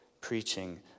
preaching